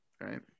right